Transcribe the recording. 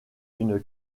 une